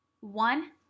one